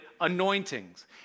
anointings